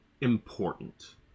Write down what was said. important